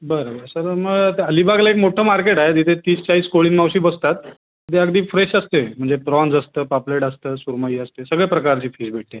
बरं बरं सर मग अलिबागला एक मोठ्ठं मार्केट आहे तिथे तीस चाळीस कोळीण मावशी बसतात जे अगदी फ्रेश असते म्हणजे प्राँज असतं पापलेट असतं सुरमई असते सगळ्या प्रकारची फिश भेटते